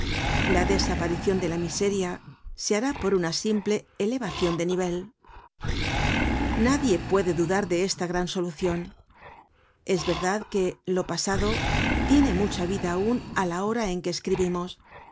la desaparicion de la miseria se hará por una simple elevacion de nivel nadie puede dudar de esta gran solucion es verdad que lo pasado tiene mucha vida aun á la hora en que escribimos revive y